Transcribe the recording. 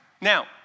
Now